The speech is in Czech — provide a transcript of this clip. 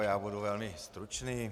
Já budu velmi stručný.